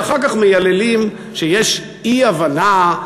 ואחר כך מייללים שיש אי-הבנה,